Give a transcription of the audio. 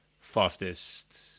fastest